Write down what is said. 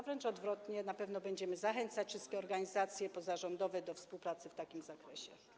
Wręcz odwrotnie, na pewno będziemy zachęcać wszystkie organizacje pozarządowe do współpracy w takim zakresie.